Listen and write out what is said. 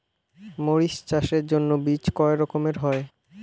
মরিচ চাষের জন্য বীজ কয় রকমের হয়?